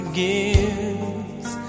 gives